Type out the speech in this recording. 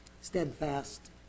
steadfast